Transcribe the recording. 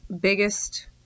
biggest